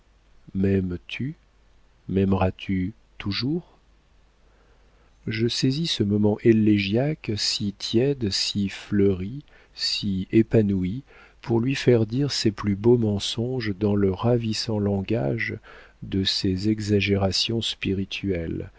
m'aimes-tu maimeras tu toujours je saisis ce moment élégiaque si tiède si fleuri si épanoui pour lui faire dire ses plus beaux mensonges dans le ravissant langage de ces exagérations spirituelles